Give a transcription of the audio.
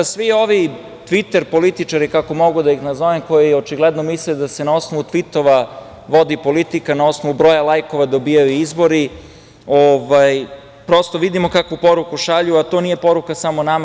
Svi ovi „Tviter“ političari, kako mogu da ih nazovem, koji očigledno misle da se na osnovu tvitova vodi politika, na osnovu broja lajkova dobijaju izbori, prosto vidimo kakvu poruku šalju, a to nije poruka samo nama.